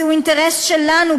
זהו אינטרס שלנו,